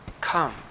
Come